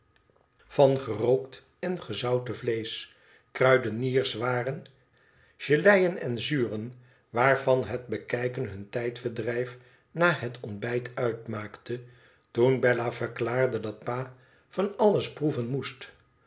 van gerookt en gezouten vleesch kruidenierswaren geleien en zuren waarvan het bekijken hun tijdverdrijf na het ontbijt uitmaakte toen bella verklaarde dat pa van alles proeven moest